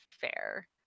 fair